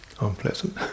unpleasant